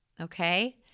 okay